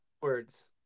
words